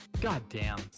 goddamn